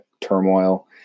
turmoil